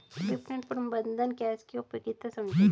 विपणन प्रबंधन क्या है इसकी उपयोगिता समझाइए?